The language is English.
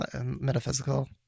metaphysical